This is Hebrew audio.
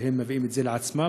שהם מביאים את זה על עצמם,